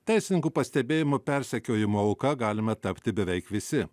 teisininkų pastebėjimu persekiojimo auka galime tapti beveik visi